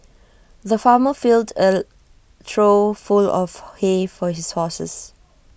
the farmer filled A trough full of hay for his horses